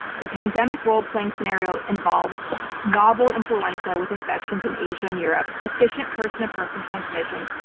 the pandemic role-playing scenario involved novel influenza with infections in asia and europe, efficient person-to-person transmission,